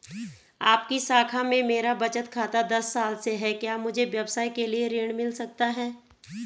आपकी शाखा में मेरा बचत खाता दस साल से है क्या मुझे व्यवसाय के लिए ऋण मिल सकता है?